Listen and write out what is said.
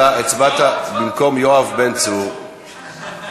אתה הצבעת במקום יואב בן צור,